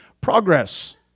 progress